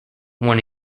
one